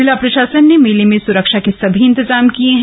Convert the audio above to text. जिला प्रशासन ने मेले में सुरक्षा के सभी इंतजाम किए है